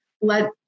let